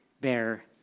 bear